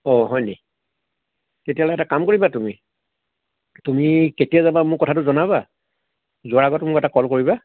অ হয়নি তেতিয়াহ'লে এটা কাম কৰিবা তুমি তুমি কেতিয়া যাবা মোক কথাটো জনাবা যোৱাৰ আগত মোক এটা ক'ল কৰিবা